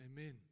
amen